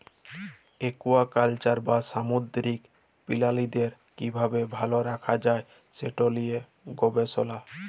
aquaculture বা সামুদ্দিরিক পিরালিদের কিভাবে ভাল রাখা যায় সে লিয়ে গবেসলা